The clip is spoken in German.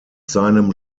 seinem